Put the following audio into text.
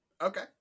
Okay